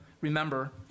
Remember